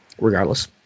regardless